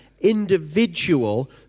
individual